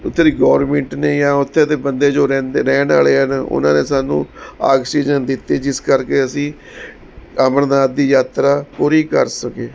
ਉੱਥੇ ਦੀ ਗੌਰਮਿੰਟ ਨੇ ਜਾਂ ਉੱਥੇ ਦੇ ਬੰਦੇ ਜੋ ਰਹਿੰਦੇ ਰਹਿਣ ਵਾਲੇ ਆ ਨਾ ਉਹਨਾਂ ਨੇ ਸਾਨੂੰ ਆਕਸੀਜਨ ਦਿੱਤੀ ਜਿਸ ਕਰਕੇ ਅਸੀਂ ਅਮਰਨਾਥ ਦੀ ਯਾਤਰਾ ਪੂਰੀ ਕਰ ਸਕੇ